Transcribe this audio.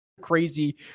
crazy